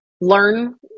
learn